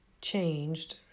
changed